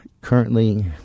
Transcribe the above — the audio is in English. currently